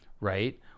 right